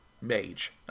mage